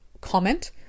comment